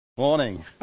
morning